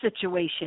situation